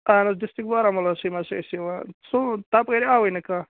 اَہَن حظ ڈِسٹرک بارہمُلَسٕے منٛز چھِ أسۍ یِوان سُہ تَپٲرۍ آوٕے نہٕ کانٛہہ